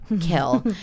kill